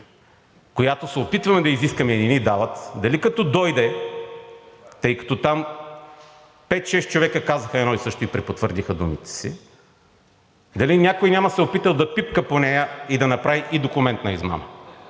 която се опитваме да изискаме и не ни дават, дали като дойде, тъй като там пет-шест човека казаха едно и също и препотвърдиха думите си, дали някой няма да се опита да пипка по нея и да направи и документна измама?!